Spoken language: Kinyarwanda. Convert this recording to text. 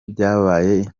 byabaye